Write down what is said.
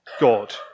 God